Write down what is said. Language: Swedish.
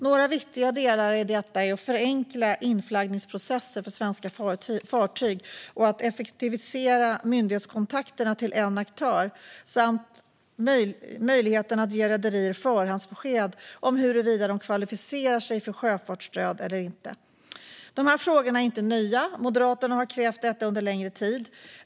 Några viktiga delar i detta är att förenkla inflaggningsprocesser för svenska fartyg och att effektivisera myndighetskontakterna till en aktör. Även möjligheten att ge rederier förhandsbesked om huruvida de kvalificerar sig för sjöfartsstöd eller inte är viktig. Dessa frågor är inte nya, utan Moderaterna har krävt detta under längre tid.